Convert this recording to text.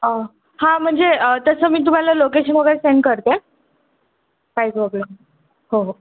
हां म्हणजे तसं मी तुम्हाला लोकेशन वगैरे सेंड करते प्राईज वगैरे हो हो